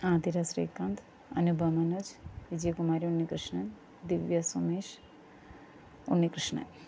Athira Sreekanth Anupa Manoj Vijayakumaran Unnikrishnan Divya Sumesh Unnikrishnan